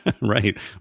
Right